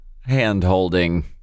hand-holding